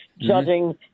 judging